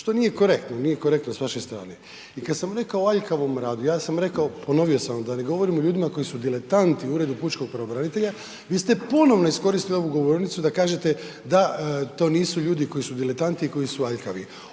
što nije korektno, nije korektno s vaše strane. I kada sam rekao o aljkavom radu, ja sam rekao ponovio sam da ne govorim o ljudima koji su diletanti u Uredu pučkog pravobranitelja, vi ste ponovno iskoristili ovu govornicu da kažete da to nisu ljudi koji su diletanti i koji su aljkavi.